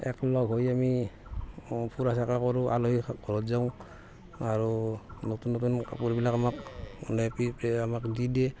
একলগ হৈ আমি ফুৰা চকা কৰোঁ আলহী ঘৰত যাওঁ আৰু নতুন নতুন কাপোৰবিলাক আমাক আমাক দি দিয়ে